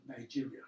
Nigeria